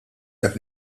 dak